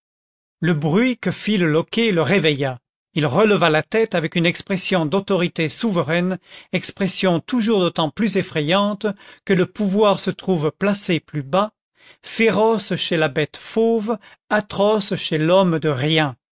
le bruit que fit le loquet le réveilla il releva la tête avec une expression d'autorité souveraine expression toujours d'autant plus effrayante que le pouvoir se trouve placé plus bas féroce chez la bête fauve atroce chez l'homme de rien